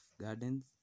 Gardens